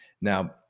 now